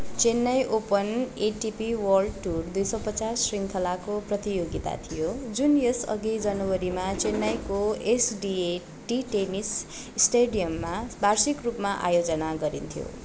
Chennai open ATP world tour दुई सय पचास श्रीङ्खलाको प्रतियोगिता थियो जुन यस अगि जनवरीमा चेन्नईको एसडिएटी टेनिस स्टेडियममा वार्षिक रूपमा आयोजना गरिन्थ्यो